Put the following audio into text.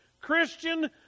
Christian